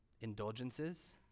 indulgences